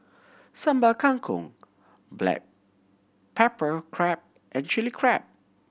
Sambal Kangkong black pepper crab and Chilli Crab